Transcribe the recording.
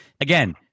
again